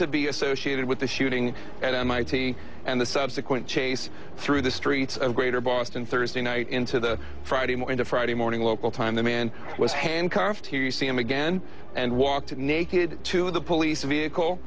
to be associated with the shooting at mit and the subsequent chase through the streets of greater boston thursday night into the friday morning to friday morning local time the man was handcuffed here you see him again and walked naked to the police vehicle